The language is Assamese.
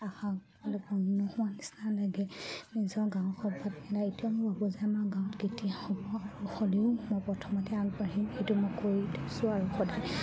আশা মানে পূৰ্ণ হোৱা নিচিনা লাগে নিজৰ গাঁৱৰ সভাত এটা এতিয়াও মই ভাবোঁ যে আমাৰ গাঁৱত কেতিয়া হ'ব আৰু হ'লেও মই প্ৰথমতে আগবাঢ়িম সেইটো মই কৰি দিছোঁ আৰু সদায়